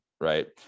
right